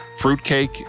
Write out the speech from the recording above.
fruitcake